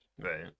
right